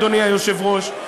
אדוני היושב-ראש,